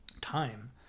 time